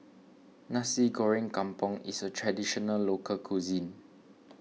Nasi Goreng Kampung is a Traditional Local Cuisine